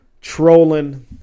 trolling